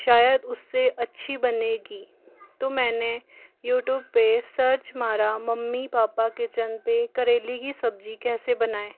शायद उस्से अच्छी बनेगी तो मैंने यूट्यूब पर सर्च मारा मम्मी पापा किचन पर करेले की सब्जी कैसे बनाएँ